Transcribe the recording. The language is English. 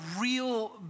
real